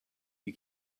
you